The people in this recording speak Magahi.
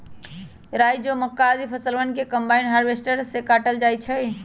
राई, जौ, मक्का, आदि फसलवन के कम्बाइन हार्वेसटर से काटल जा हई